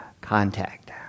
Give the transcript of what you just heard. Contact